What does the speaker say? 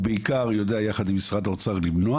הוא בעיקר יודע יחד עם משרד האוצר למנוע